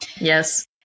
Yes